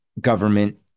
government